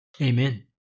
Amen